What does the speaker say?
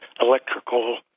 electrical